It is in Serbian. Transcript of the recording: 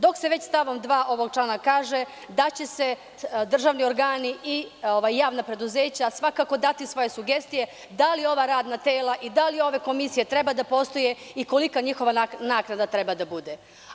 Dok se već stavom 2. ovog člana kaže da će državni organi i javna preduzeća svakako dati svoje sugestije da li ova radna tela i da li ove komisije treba da postoje i kolika njihova naknada treba da bude.